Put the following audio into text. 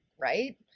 right